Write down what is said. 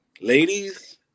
Ladies